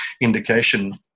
indication